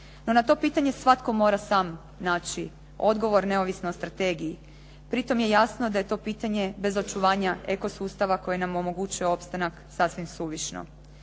No na to pitanje svatko mora sam naći odgovor neovisno o strategiji. Pri tom je jasno da je to pitanje bez očuvanja eko sustava koja nam omogućuje opstanak sasvim suvišno.